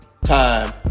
time